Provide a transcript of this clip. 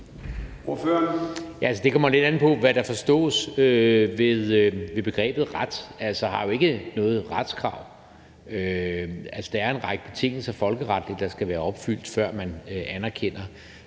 Det kommer lidt an på, hvad der forstås ved begrebet ret. Altså, der er jo ikke noget retskrav. Der er en række betingelser folkeretligt, der skal være opfyldt, før man anerkender